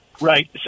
right